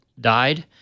died